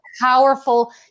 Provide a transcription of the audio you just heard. powerful